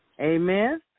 Amen